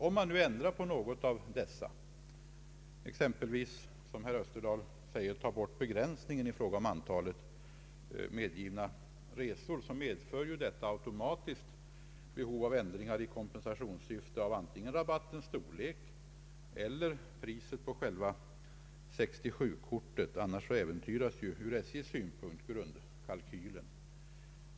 Om man ändrar på något av dessa — exempelvis, som herr Österdahl vill, tar bort begränsningen i fråga om antalet medgivna resor — medför detta automatiskt behov av ändringar i kompensationssyfte av antingen rabattens storlek eller priset på själva 67-kortet. Annars äventyras ju från SJ:s synpunkt grundkalkylen.